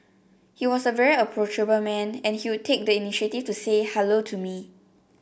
he was a very approachable man and he would take the initiative to say hello to me